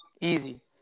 easy